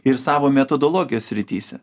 ir savo metodologijos srityse